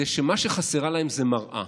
וזה שמה שחסרה להם זה מראה.